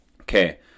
Okay